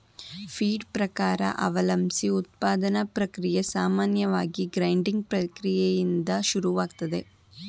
feed ಪ್ರಕಾರ ಅವಲಂಬ್ಸಿ ಉತ್ಪಾದನಾ ಪ್ರಕ್ರಿಯೆ ಸಾಮಾನ್ಯವಾಗಿ ಗ್ರೈಂಡಿಂಗ್ ಪ್ರಕ್ರಿಯೆಯಿಂದ ಶುರುವಾಗ್ತದೆ